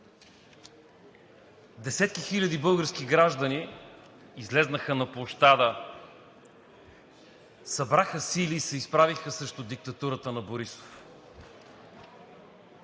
Десетки хиляди български граждани излязоха на площада, събраха сили и се изправиха срещу диктатурата на Борисов!